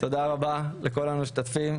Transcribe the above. תודה רבה לכל המשתתפים.